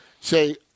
say